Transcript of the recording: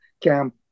camp